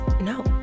No